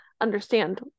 understand